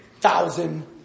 thousand